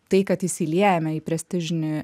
tai kad įsiliejame į prestižinį